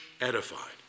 edified